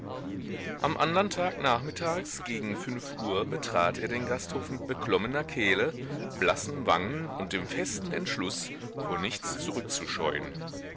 am andern tag nachmittags gegen fünf uhr betrat er den gasthof mit beklommener kehle blassen wangen und dem festen entschluß vor nichts zurückzuscheuen